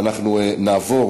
אנחנו נעבור